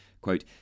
quote